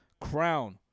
Crown